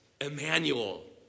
Emmanuel